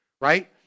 right